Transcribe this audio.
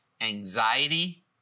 anxiety